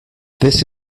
this